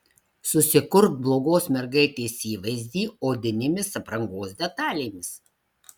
susikurk blogos mergaitės įvaizdį odinėmis aprangos detalėmis